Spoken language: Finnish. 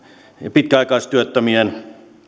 pitkäaikaistyöttömien